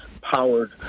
powered